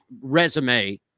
resume